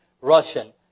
Russian